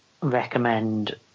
recommend